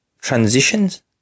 transitions